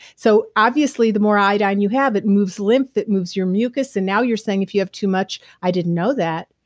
so obviously the more iodine you have, it moves lymph, it moves your mucus. and now you're saying if you have too much, i didn't know that,